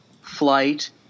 flight